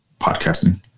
Podcasting